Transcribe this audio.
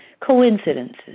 Coincidences